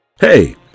Hey